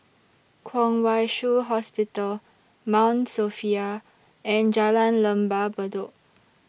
Kwong Wai Shiu Hospital Mount Sophia and Jalan Lembah Bedok